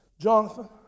Jonathan